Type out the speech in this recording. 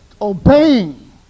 obeying